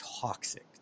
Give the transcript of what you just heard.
toxic